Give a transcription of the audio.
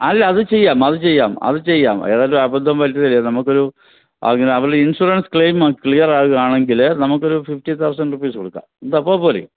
അല്ല അത് ചെയ്യാം അത് ചെയ്യാം അത് ചെയ്യാം ഏതായാലും അബദ്ധം പറ്റിയതല്ലേ നമുക്കൊരു അവളെ ഇൻഷുറൻസ് ക്ലെയിം ക്ലിയർ ആവുകയാണെങ്കിൽ നമുക്കൊരു ഫിഫ്റ്റി തൗസൻറ്റ് റുപ്പീസ് കൊടുക്കാം എന്താ അപ്പോൾ പോരെ